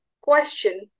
question